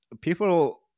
people